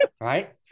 right